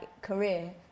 career